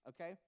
Okay